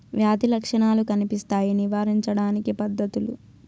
వ్యాధి లక్షణాలు కనిపిస్తాయి నివారించడానికి పద్ధతులు?